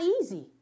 easy